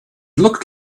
looked